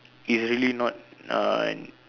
is really not uh